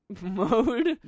Mode